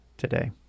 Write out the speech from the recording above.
Today